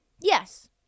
Yes